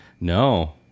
No